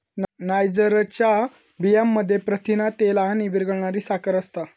नायजरच्या बियांमध्ये प्रथिना, तेल आणि विरघळणारी साखर असता